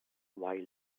while